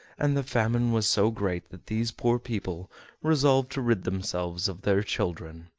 and the famine was so great that these poor people resolved to rid themselves of their children.